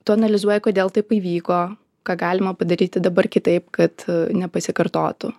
tu analizuoji kodėl taip įvyko ką galima padaryti dabar kitaip kad nepasikartotų